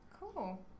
Cool